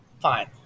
Fine